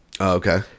Okay